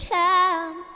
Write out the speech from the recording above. time